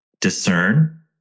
discern